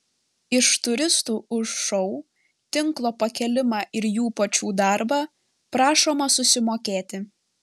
iš turistų už šou tinklo pakėlimą ir jų pačių darbą prašoma susimokėti